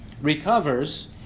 recovers